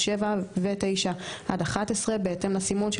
(4) עד (7) ו-(9) עד (11) בהתאם לסימון של